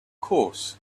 course